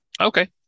Okay